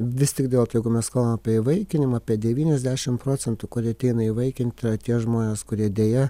vis tik dėl jeigu mes kalbam apie įvaikinimą apie devyniasdešimt procentų kurie ateina įvaikinti yra tie žmonės kurie deja